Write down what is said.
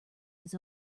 his